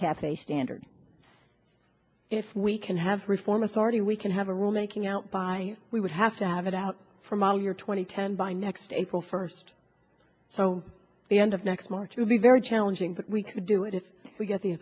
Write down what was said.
cafe standard if we can have reform authority we can have a rule making out by we would have to have it out from all your twenty ten by next april first so the end of next march through be very challenging but we could do it if we get the